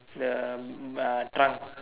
the uh trunk